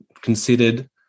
considered